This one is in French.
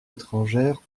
étrangères